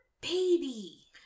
baby